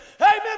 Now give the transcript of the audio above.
Amen